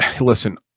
listen